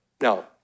Now